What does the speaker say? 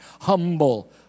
humble